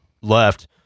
left